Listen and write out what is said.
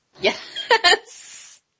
Yes